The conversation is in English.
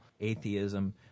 atheism